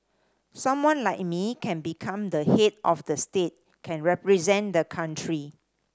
someone like me can become the head of state can represent the country